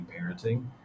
parenting